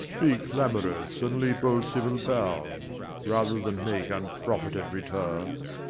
be clamorous and leap all civil bounds rather than make unprofited return.